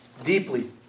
deeply